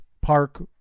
park